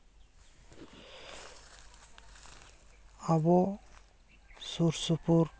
ᱟᱵᱚ ᱥᱩᱨ ᱥᱩᱯᱩᱨ